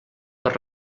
per